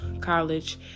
college